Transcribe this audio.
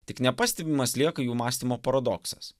tik nepastebimas lieka jų mąstymo paradoksas